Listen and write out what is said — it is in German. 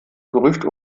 gerücht